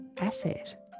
asset